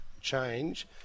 change